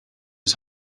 his